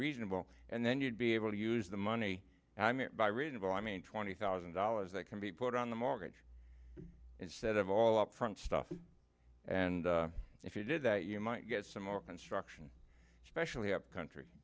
reasonable and then you'd be able to use the money i mean by reasonable i mean twenty thousand dollars that can be put on the mortgage instead of all up front stuff and if you did that you might get some more construction especially upcountry